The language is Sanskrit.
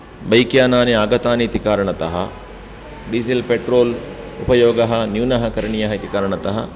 बैक् यानानि आगतानि इति कारणतः डीज़ल् पेट्रोल् उपयोगः न्यूनः करणीयः इति कारणतः